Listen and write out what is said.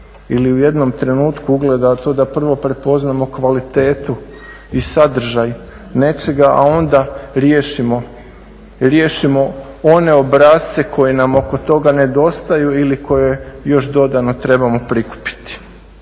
ili u jednom trenutku ugleda, a to da prvo prepoznamo kvalitetu i sadržaj nečega, a onda riješimo one obrasce koji nam oko toga nedostaju ili koje još dodano trebamo prikupiti.